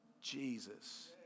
Jesus